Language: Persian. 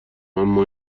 اما